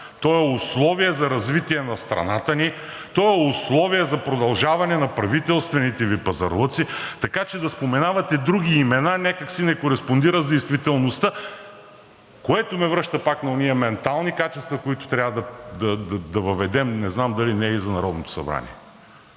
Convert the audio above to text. той е условие за развитие на страната ни, той е условие за продължаване на правителствените Ви пазарлъци, така че да споменавате други имена, някак си не кореспондира с действителността, което ме връща пак на онези ментални качества, които трябва да въведем, не знам дали не и за Народното събрание.